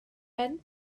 pen